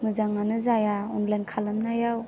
मोजाङानो जाया अनलाइन खालामनायाव